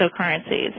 cryptocurrencies